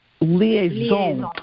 liaison